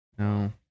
No